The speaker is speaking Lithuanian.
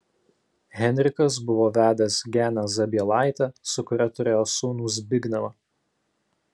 henrikas buvo vedęs genę zabielaitę su kuria turėjo sūnų zbignevą